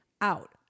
out